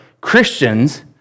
Christians